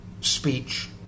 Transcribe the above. speech